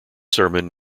sermon